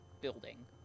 building